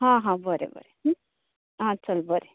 हां हां बरें बरें आं चल बरें